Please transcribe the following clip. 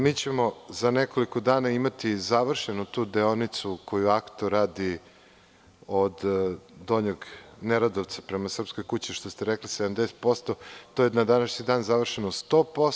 Mi ćemo za nekoliko dana imati završenu tu deonicu, koju Akto radi od Donjeg Neredovca prema Srpskoj kući, što ste rekli 70%, to je na današnji dan završeno 100%